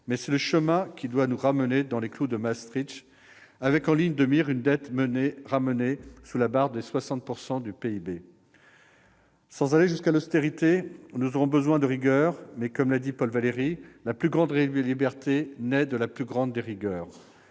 Mais c'est le chemin qui doit nous ramener dans les clous de Maastricht, avec, en ligne de mire, une dette ramenée sous la barre des 60 % du PIB. Sans aller jusqu'à l'austérité, nous aurons besoin de rigueur. Comme l'a dit Paul Valéry, « la plus grande liberté naît de la plus grande rigueur